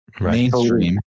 mainstream